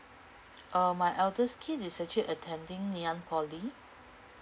uh my eldest kid is actually attending ngee an poly